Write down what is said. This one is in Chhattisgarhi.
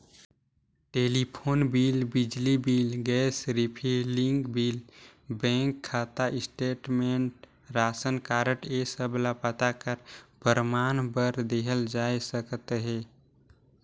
टेलीफोन बिल, बिजली bill, gas refilling bill, bank खाता स्टेटमेंट, रासन कारड ए सब ल पता कर परमान बर देहल जाए सकत अहे